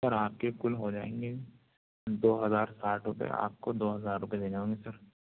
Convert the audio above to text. سر آپ کے کل ہو جائیں گے دو ہزار ساٹھ روپئے آپ کو دو ہزار روپئے دینے ہوں گے سر